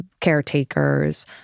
caretakers